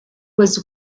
was